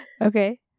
Okay